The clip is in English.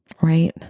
right